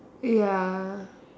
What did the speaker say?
ya